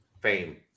fame